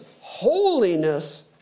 holiness